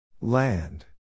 Land